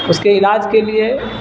اس کے علاج کے لیے